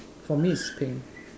for me is pink